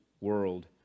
world